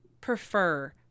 prefer